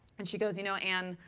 and she goes, you know, anne,